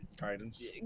Guidance